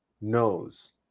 knows